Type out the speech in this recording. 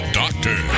doctor